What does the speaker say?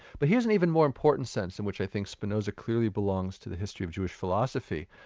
but here's an even more important sense in which i think spinoza clearly belongs to the history of jewish philosophy.